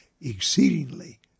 exceedingly